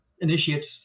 initiates